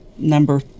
Number